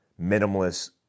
minimalist